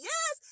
Yes